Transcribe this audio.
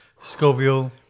Scoville